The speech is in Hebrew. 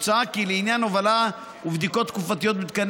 מוצע כי לעניין הובלה ובדיקות תקופתיות במתקני